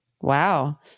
wow